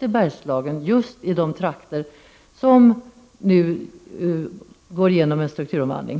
i Bergslagen och i de trakter som nu genomgår en strukturomvandling.